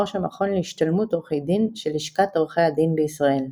המכון להשתלמות עורכי דין של לשכת עורכי הדין בישראל.